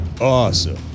awesome